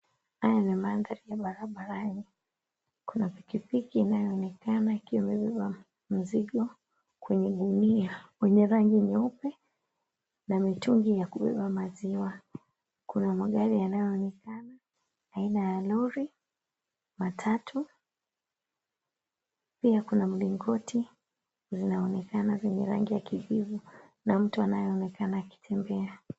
Haya ni mandhari ya barabarani. Kuna pikipiki inayoonekana ikiwa imebeba mzigo kwenye gunia yenye rangi nyeupe na mitungi ya kubeba maziwa. Kuna magari yanayonekana aina ya lori, matatu, pia kuna mlingoti unaoonekana wenye rangi ya kijivu na mtu anayeonekana akitembea.